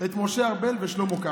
את משה ארבל ושלמה קרעי.